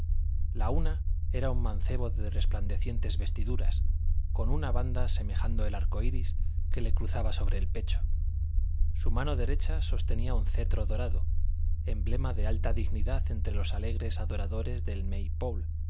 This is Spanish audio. la una era un mancebo de resplandecientes vestiduras con una banda semejando el arco iris que le cruzaba sobre el pecho su mano derecha sostenía un cetro dorado emblema de alta dignidad entre los alegres adoradores del